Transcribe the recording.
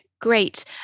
great